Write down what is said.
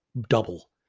double